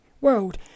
world